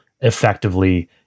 effectively